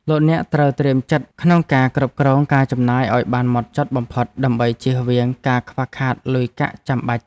លោកអ្នកត្រូវត្រៀមចិត្តក្នុងការគ្រប់គ្រងការចំណាយឱ្យបានហ្មត់ចត់បំផុតដើម្បីជៀសវាងការខ្វះខាតលុយកាក់ចាំបាច់。